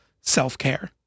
self-care